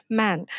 man